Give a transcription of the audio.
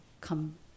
come